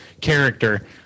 character